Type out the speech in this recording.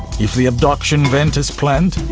if the abduction went as planned,